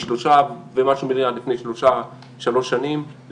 מ-3 ומשהו מיליארד ל-7 בנש"פים,